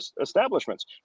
establishments